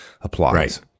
applies